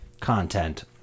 content